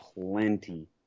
plenty